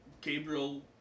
Gabriel